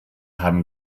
haben